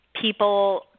people